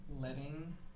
letting